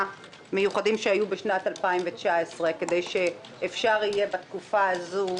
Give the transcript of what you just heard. מיוחדים שהיו ב-2019 כדי שאפשר יהיה בתקופה הזו,